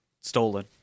stolen